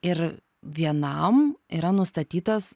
ir vienam yra nustatytas